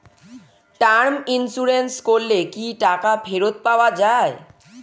Term insurance করলে কি টাকা ফেরত পাওয়া যায়?